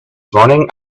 morning